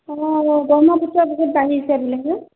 অঁ গৰমত এতিয়া বহুত বাঢ়িছে বোলে নহ্